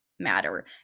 matter